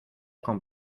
con